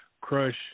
Crush